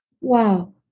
Wow